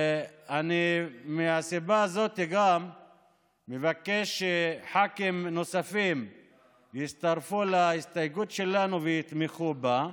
מהסיבה הזאת אני מבקש שח"כים נוספים יצטרפו להסתייגות שלנו ויתמכו בה.